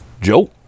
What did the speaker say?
Joe